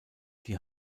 die